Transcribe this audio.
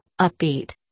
upbeat